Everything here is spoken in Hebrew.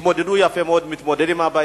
התמודדו יפה מאוד עם הבעיה,